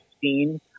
seen